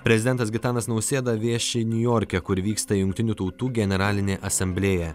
prezidentas gitanas nausėda vieši niujorke kur vyksta jungtinių tautų generalinė asamblėja